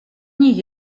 nich